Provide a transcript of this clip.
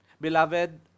Beloved